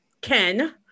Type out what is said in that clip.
Ken